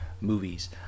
movies